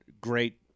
great